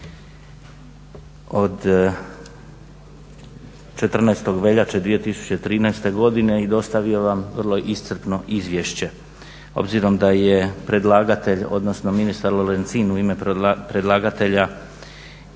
od 14. veljače 2013. godine i dostavio sam vrlo iscrpno izvješće. Obzirom da je predlagatelj odnosno ministar Lorencin u ime predlagatelja